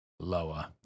lower